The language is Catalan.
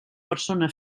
persona